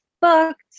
booked